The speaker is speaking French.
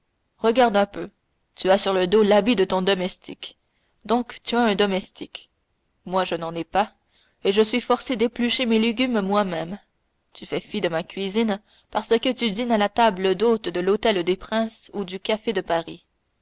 regarde un peu tu as sur le dos l'habit de ton domestique donc tu as un domestique moi je n'en ai pas et je suis forcé d'éplucher mes légumes moi-même tu fais fi de ma cuisine parce que tu dînes à la table d'hôte de l'hôtel des princes ou au café de paris